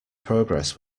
progress